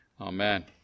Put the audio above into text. Amen